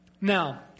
Now